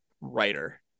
writer